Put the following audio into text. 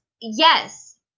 Yes